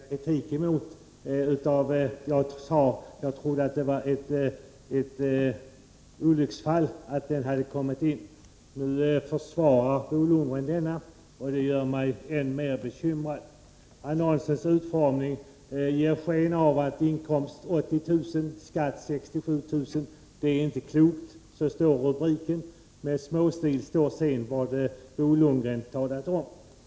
Herr talman! Jag sade beträffande den annons jag riktar kritik mot att jag trodde att det var ett olycksfall att den hade införts. Nu försvarar Bo Lundgren annonsen, och det gör mig än mer bekymrad. Den har utformats så att det med stor stil står i rubriken: ”Inkomst 80000 Skatt 67 000 Det är inte klokt!” Med liten stil står sedan det som Bo Lundgren talade om.